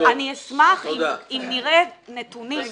אני אשמח אם נראה נתונים.